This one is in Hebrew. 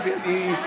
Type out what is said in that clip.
דבי.